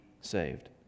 saved